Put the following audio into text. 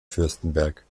fürstenberg